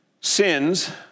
sins